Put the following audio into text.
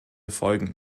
folgen